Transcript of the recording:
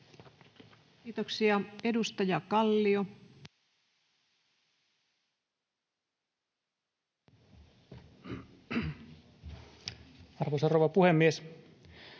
Kiitoksia. — Edustaja Kallio. Arvoisa rouva puhemies!